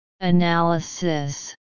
Analysis